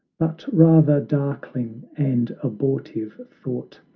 but rather darkling and abortive thought,